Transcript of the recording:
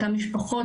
אותן משפחות,